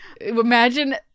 imagine